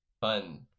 fun